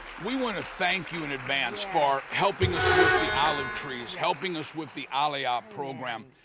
we want to thank you in advance for helping us with the olive trees helping us with the aliyah ah program.